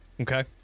Okay